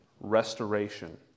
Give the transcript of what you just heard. Restoration